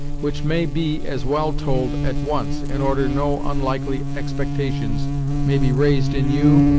which may be as well told at once, in order no onlikely expectations may be raised in you,